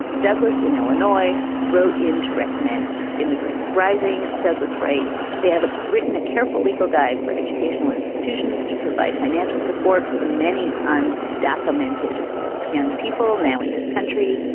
douglas in illinois wrote in to recommend immigrants rising. douglas writes, they have ah written a careful legal guide for educational institutions to provide financial support for the many on documented young people now in this country.